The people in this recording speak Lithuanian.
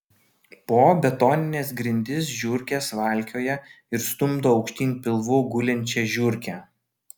po betonines grindis žiurkės valkioja ir stumdo aukštyn pilvu gulinčią žiurkę